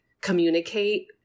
communicate